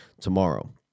tomorrow